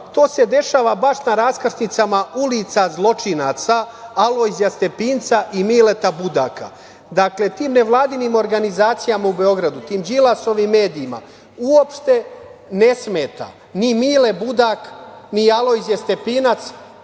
To se dešava, baš na raskrsnicama ulica zločinaca, Alojzija Stepinca i Mileta Budaka. Dakle, tim nevladinim organizacijama u Beogradu, tim Đilasovim medijima uopšte ne smeta ni Mile Budak, ni Alojzije Stepinac,